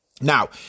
Now